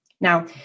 Now